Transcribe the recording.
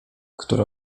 które